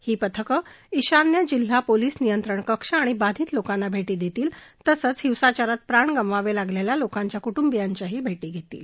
ही पथकं ईशान्य जिल्हा पोलीस नियंत्रण कक्ष आणि बाधित लोकांना भेटी देतील तसंच या हिंसाचारात प्राण गमवावे लागलेल्या लोकांच्या कुटुंबियांच्याही भेटी घेतील